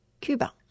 Cuba